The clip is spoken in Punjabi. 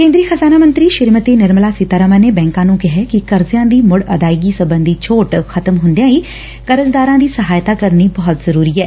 ਕੇਂਦਰੀ ਖਜ਼ਾਨਾ ਮੰਤਰੀ ਸ੍ਰੀਮਤੀ ਨਿਰਮਲਾ ਸੀਤਾਰਮਨ ਨੇ ਬੈਂਕਾਂ ਨੁੰ ਕਿਹੈ ਕਿ ਕਰਜ਼ਿਆਂ ਦੀ ਮੁੜ ਅਦਾਇਗੀ ਸਬੰਧੀ ਛੋਟ ਖ਼ਤਮ ਹੁੰਦਿਆਂ ਹੀ ਕਰਜ਼ਦਾਰਾਂ ਦੀ ਸਹਾਇਡਾ ਕਰਨੀ ਬਹੁਤ ਜ਼ਰੁਰੀ ਏ